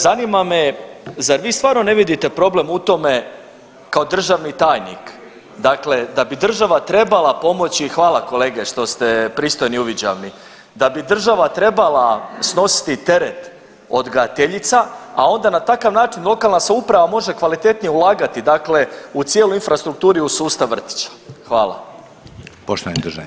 Zanima me, zar vi stvarno ne vidite problem u tome kao državni tajnik da bi država trebala pomoći, hvala kolege što ste pristojni i uviđavni, da bi država trebala snositi teret odgajateljica, a onda na takav način lokalna samouprava može kvalitetnije ulagati u cijelu infrastrukturu i u sustav vrtića.